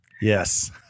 Yes